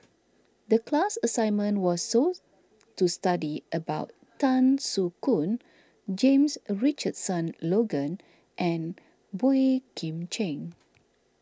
the class assignment was so to study about Tan Soo Khoon James Richardson Logan and Boey Kim Cheng